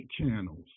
channels